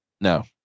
No